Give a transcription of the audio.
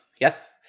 yes